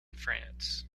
france